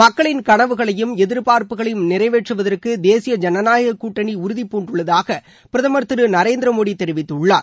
மக்களின் கனவுகளையும் எதிர்பார்ப்புகளையும் நிறைவேற்றுவதற்கு இனநாயக தேசிய கூட்டணி உறுதி பூண்டுள்ளதாக பிரதமர் திரு நரேந்திர மோடி தெரிவித்துள்ளார்